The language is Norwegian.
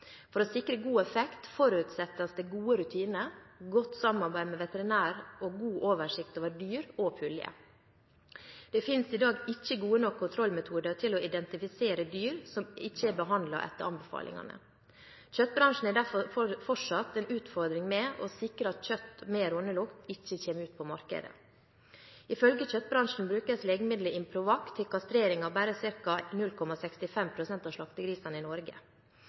For å sikre god effekt forutsettes det gode rutiner, godt samarbeid med veterinær og god oversikt over dyr og puljer. Det finnes i dag ikke gode nok kontrollmetoder for å identifisere dyr som ikke er behandlet etter anbefalingene. Kjøttbransjen har derfor fortsatt en utfordring med å sikre at kjøtt med rånelukt ikke kommer ut på markedet. Ifølge kjøttbransjen brukes legemiddelet Improvac til kastrering av bare ca. 0,65 pst. av slaktegrisene i Norge.